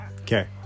Okay